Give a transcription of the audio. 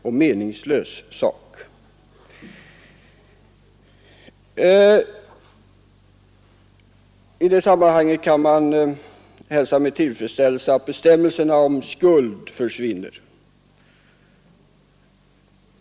I detta sammanhang hälsar jag med tillfredsställelse att bestämmelserna om skuld försvinner.